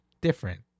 Different